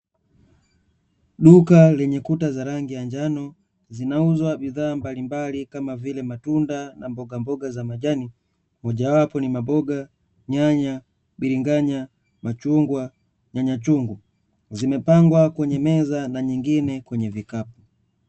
Duka lenye kuta za rangi ya njano zinauzwa bidhaa mbalimbali kama vile matunda na mbogamboga za majani, mojawapo ni maboga, nyanya, bilinganya, machungwa, nyanya chungu zimepangwa kwenye meza na nyingine kwenye vikapu.